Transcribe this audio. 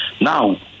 Now